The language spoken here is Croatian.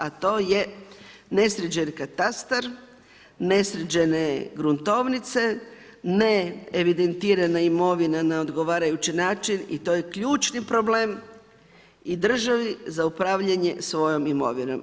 A to je nesređeni katastar, nesređene gruntovnice, neevidentirana imovina na odgovarajući način i to je ključni problem i državi za upravljanje svojoj imovinom.